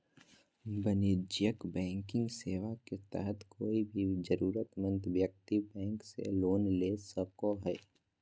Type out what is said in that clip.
वाणिज्यिक बैंकिंग सेवा के तहत कोय भी जरूरतमंद व्यक्ति बैंक से लोन ले सको हय